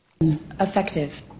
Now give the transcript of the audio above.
effective